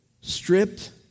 stripped